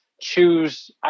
choose